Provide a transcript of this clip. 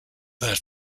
that